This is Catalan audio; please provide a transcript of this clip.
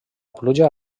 pluja